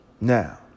Now